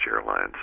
airlines